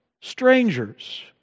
strangers